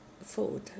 food